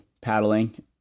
paddling